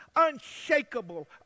unshakable